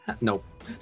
Nope